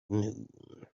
noon